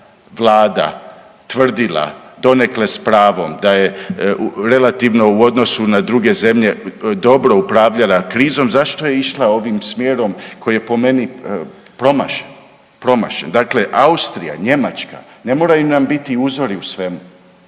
Vlada tvrdila donekle s pravom da je relativno u odnosu na druge zemlje dobro upravljala krizom zašto je išla ovim smjerom koji je po meni promašen, promašen. Dakle, Austrija, Njemačka ne moraju nam biti uzori u svemu,